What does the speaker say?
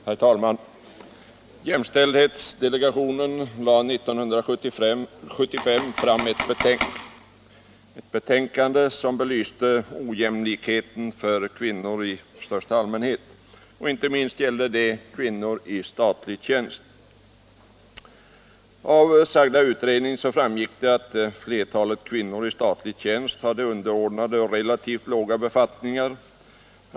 Herr talman! Jämställdhetsdelegationen lade 1975 fram ett betänkande som belyste ojämlikheten för kvinnor i största allmänhet och kvinnor i statlig tjänst i synnerhet. Av betänkandet framgick att flertalet kvinnor i statlig tjänst hade underordnade och relativt låga befattningar.